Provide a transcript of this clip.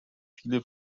viele